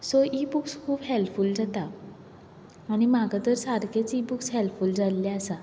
so इ books खूब helpful जाता आनी म्हाका तर इ बूक्स सारकें हेल्पफूल जाल्लें आसा